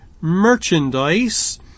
merchandise